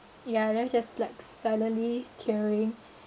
ya then I was just like suddenly tearing